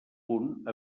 punt